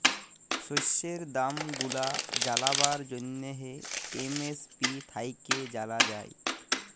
শস্যের দাম গুলা জালবার জ্যনহে এম.এস.পি থ্যাইকে জালা যায়